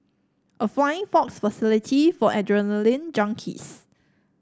a flying fox facility for adrenaline junkies